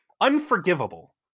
unforgivable